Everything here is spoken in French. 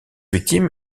victimes